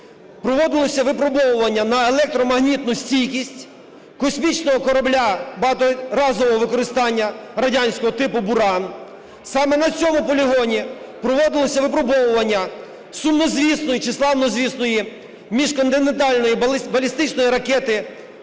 проводилося випробовування на електромагнітну стійкість космічного корабля багаторазового використання радянського типу "Буран". Саме на цьому полігоні проводилося випробовування сумнозвісної, чи славнозвісної, міжконтинентальної балістичної ракети SS-18